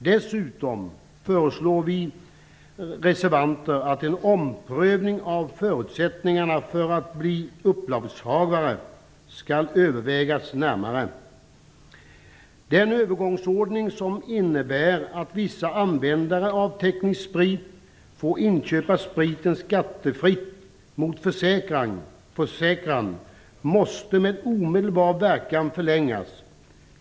Dessutom föreslår vi reservanter att en omprövning av förutsättningarna för att bli upplagshavare skall övervägas närmare. Den övergångsordning som innebär att vissa användare av teknisk sprit får inköpa spriten skattefritt mot försäkran måste med omedelbar verkan förlängas.